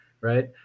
Right